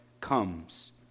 comes